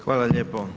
Hvala lijepo.